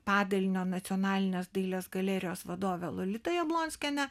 padalinio nacionalinės dailės galerijos vadove lolita jablonskiene